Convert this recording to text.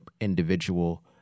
individual